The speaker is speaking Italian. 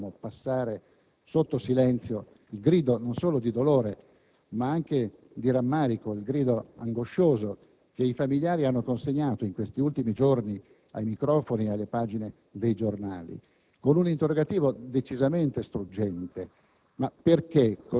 Non possiamo però passare sotto silenzio il grido angoscioso non solo di dolore, ma anche di rammarico che i familiari hanno consegnato in questi ultimi giorni ai microfoni e alle pagine dei giornali, con un interrogativo decisamente struggente: